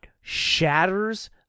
shatters